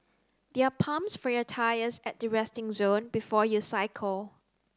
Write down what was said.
there are pumps for your tyres at the resting zone before you cycle